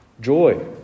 joy